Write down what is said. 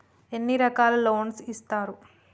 ఎన్ని రకాల లోన్స్ ఇస్తరు?